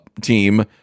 team